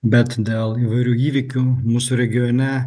bet dėl įvairių įvykių mūsų regione